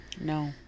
No